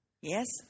Yes